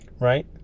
right